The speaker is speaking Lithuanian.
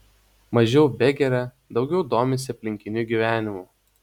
mažiau begeria daugiau domisi aplinkiniu gyvenimu